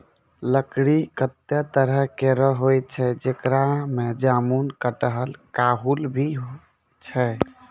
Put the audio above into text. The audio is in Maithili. लकड़ी कत्ते तरह केरो होय छै, जेकरा में जामुन, कटहल, काहुल भी छै